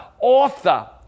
author